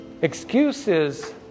excuses